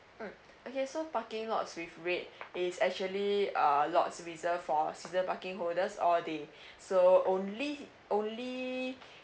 mm okay so parking lots with red is actually uh lots reserved for season parking holders all day so only only